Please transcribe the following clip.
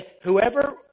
Whoever